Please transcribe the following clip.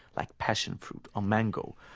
like passion fruit or mango.